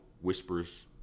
whispers